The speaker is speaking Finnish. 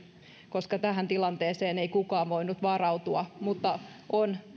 koska tähän tilanteeseen ei kukaan voinut varautua mutta on